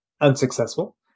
unsuccessful